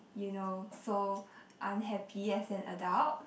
you know so unhappy as an adult